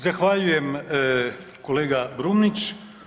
Zahvaljujem, kolega Brumnić.